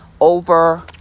over